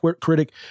critic